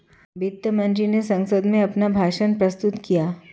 वित्त मंत्री ने संसद में अपना भाषण प्रस्तुत किया